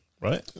Right